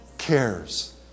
cares